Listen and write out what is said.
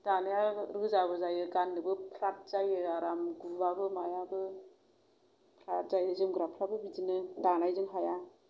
दानाया रोजाबो जायो गाननोबो फ्राद जायो आराम गुवाबो मायाबो आरो जोमग्राफोराबो बिदिनो दानायजों हाया